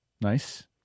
Nice